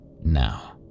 Now